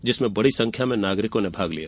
जिसमें बड़ी संख्या में नागरिकों ने भाग लिया